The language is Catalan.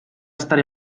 estar